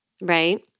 Right